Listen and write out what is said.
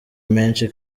menshi